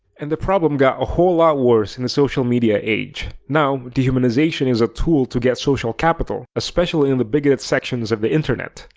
and the problem got a whole lot worse in the social media age. now dehumanization is a tool to get social capital, especially in the bigoted sections of the internet,